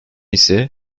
ise